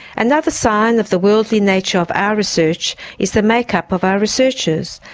another sign of the worldly nature of our research is the make up of our researchers.